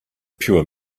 pure